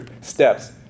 steps